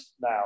now